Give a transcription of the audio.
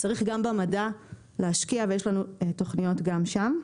צריך גם במדע להשקיע ויש לנו תכניות גם שם.